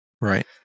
Right